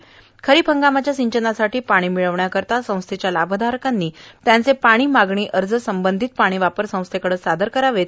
तरी खरीप हंगामाच्या सिंचनासाठी पाणी मिळवण्याकरिता संस्थेच्या लाभधारकांनी त्यांचे पाणी मागणी अर्ज संबंधित पाणीवापर संस्थेकडे सादर करावे